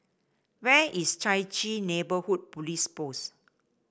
where is Chai Chee Neighbourhood Police Post